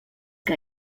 que